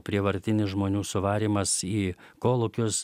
prievartinis žmonių suvarymas į kolūkius